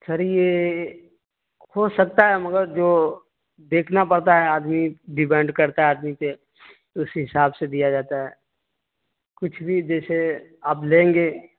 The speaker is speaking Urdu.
سر یہ ہو سکتا ہے مگر جو دیکھنا پڑتا ہے آدمی ڈپنیڈ کرتا ہے آدمی پہ اسی حساب سے دیا جاتا ہے کچھ بھی جیسے آپ لیں گے